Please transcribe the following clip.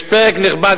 יש פרק נכבד,